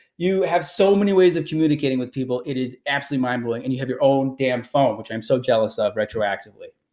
you have so many ways of communicating with people, it is absolutely mind-blowing, and you have your own damn phone, which i'm so jealous ah of retroactively.